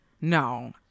No